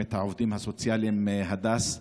ורשמת העובדים הסוציאליים הדס.